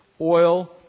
oil